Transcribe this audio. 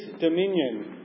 dominion